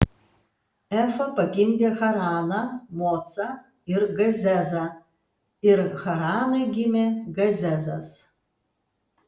efa pagimdė haraną mocą ir gazezą ir haranui gimė gazezas